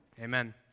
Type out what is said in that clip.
Amen